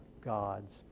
God's